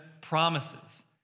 promises